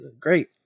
great